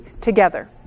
together